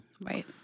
Right